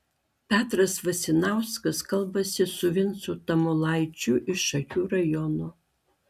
petras vasinauskas kalbasi su vincu tamulaičiu iš šakių rajono